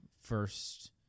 first